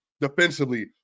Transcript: defensively